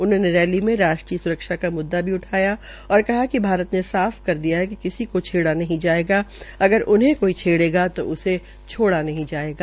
उन्होंने रैली में राष्ट्रीय सुरक्षा का म्ददा भी उठाया और कहा कि भारत ने साफ कर दिया है कि किसी को छेड़ा नहीं जायेगा अगर उन्हें कोई छेड़ेगा तो उसे छोड़ा नहीं जायेगा